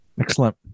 Excellent